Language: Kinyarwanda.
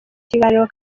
kiganiro